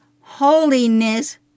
holiness